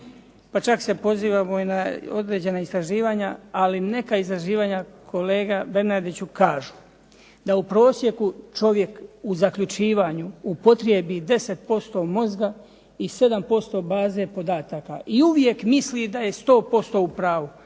pa čak se pozivamo i na određena istraživanja, ali neka istraživanja kolega Bernardiću, kažu da u prosjeku čovjek u zaključivanju upotrijebi 10% mozga i 7% baze podataka i uvijek misli da je 100% u pravu.